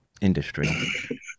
industry